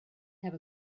have